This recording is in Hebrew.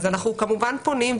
אז אנחנו כמובן פונים,